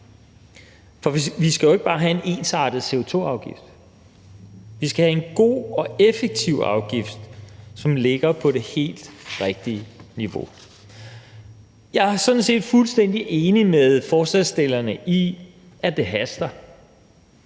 For vi skal jo ikke bare have en ensartet CO2-afgift; vi skal have en god og effektiv afgift, som ligger på det helt rigtige niveau. Jeg er sådan set fuldstændig enig med forslagsstillerne i, at det haster.